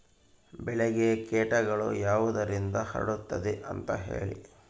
ಬೆಳೆಗೆ ಕೇಟಗಳು ಯಾವುದರಿಂದ ಹರಡುತ್ತದೆ ಅಂತಾ ಹೇಳಿ?